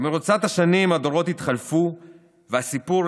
במרוצת השנים הדורות התחלפו והסיפור,